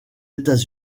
états